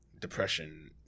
Depression